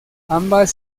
ambas